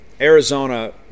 Arizona